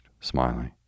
smiling